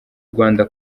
rwanda